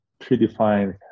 predefined